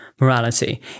morality